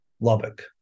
Lubbock